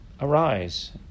Arise